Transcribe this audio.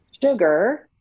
sugar